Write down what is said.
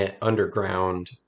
Underground